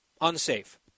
Unsafe